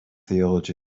theology